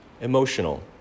emotional